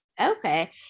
Okay